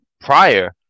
prior